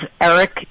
Eric